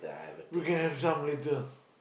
you can have some later